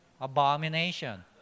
Abomination